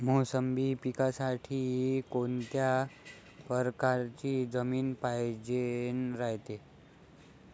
मोसंबी पिकासाठी कोनत्या परकारची जमीन पायजेन रायते?